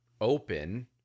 open